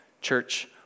Church